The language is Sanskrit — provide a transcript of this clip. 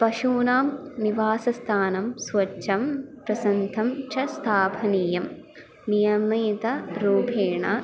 पशूनां निवासस्थानं स्वच्छं प्रशान्तं च स्थापनीयं नियमितरूपेण